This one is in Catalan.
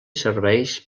serveix